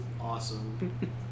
awesome